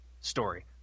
story